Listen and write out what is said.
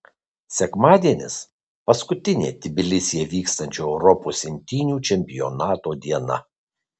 sekmadienis paskutinė tbilisyje vykstančio europos imtynių čempionato diena